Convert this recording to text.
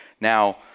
Now